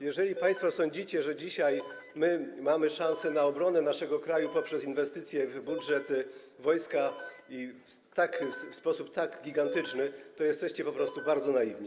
Jeżeli państwo sądzicie, że dzisiaj mamy szansę na obronę naszego kraju poprzez inwestycję w budżet wojska w sposób tak gigantyczny, to jesteście po prostu bardzo naiwni.